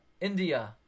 India